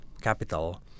capital